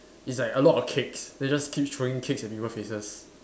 is like a lot of cakes then you just keep throwing cakes at people faces